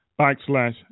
backslash